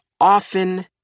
often